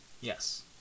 Yes